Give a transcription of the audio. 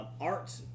Art